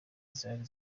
zari